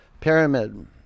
pyramid